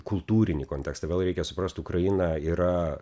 kultūrinį kontekstą vėl reikia suprast ukraina yra